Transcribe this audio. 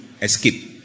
escape